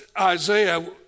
Isaiah